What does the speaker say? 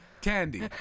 Candy